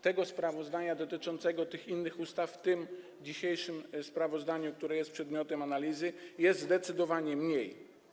Tego odniesienia się dotyczącego tych innych ustaw w tym dzisiejszym sprawozdaniu, które jest przedmiotem analizy, jest zdecydowanie mniej.